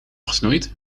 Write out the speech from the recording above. gesnoeid